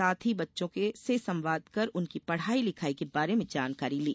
साथ ही बच्चों से संवाद कर उनकी पढ़ाई लिखाई के बारे में जानकारी ली